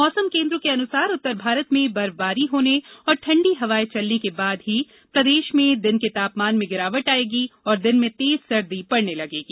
मौसम केन्द्र के अनुसार उत्तर भारत में बर्फबारी होने और ठंडी हवाएं चलने के बाद ही प्रदेश में दिन के तापमान में गिरावट आयेगी और दिन में तेज सर्दी पड़ने लगेगी